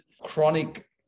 Chronic